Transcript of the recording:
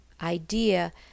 idea